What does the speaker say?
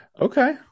okay